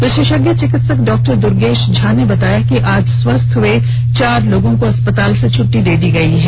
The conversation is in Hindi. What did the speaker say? विशेषज्ञ चिकित्सक डॉ दूर्गेश झा ने बताया कि आज स्वस्थ हुए चार लोगों को अस्पताल से छुट्टी दी गई है